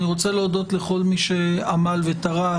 אני רוצה להודות לכל מי שעמל וטרח,